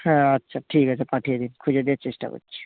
হ্যাঁ আচ্ছা ঠিক আছে পাঠিয়ে দিন খুঁজে দেওয়ার চেষ্টা করছি